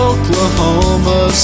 Oklahoma